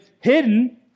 hidden